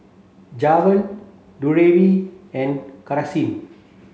Javon Drury and Karsyn